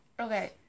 Okay